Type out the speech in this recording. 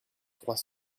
trois